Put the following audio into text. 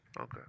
Okay